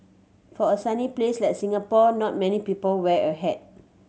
for a sunny place like Singapore not many people wear a hat